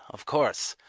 of course,